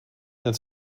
and